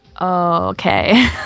okay